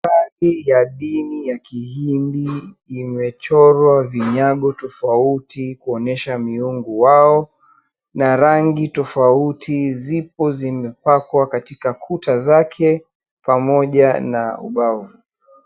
Ya dini ya kihindi imechorwa vinyago tofauti kuonyesha miungu wao na rangi tofauti zipo zimepakwa katika kuta zake pamoja na ubao.